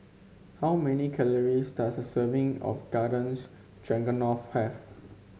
how many calories does a serving of Garden Stroganoff have